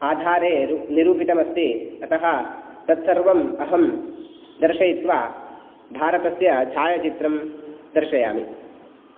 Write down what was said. आधारे निरूपितमस्ति अतः तत्सर्वम् अहं दर्शयित्वा भारतस्य छायाचित्रं दर्शयामि